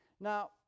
Now